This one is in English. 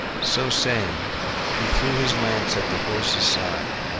so saying he threw his lance at the horse's side.